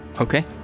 Okay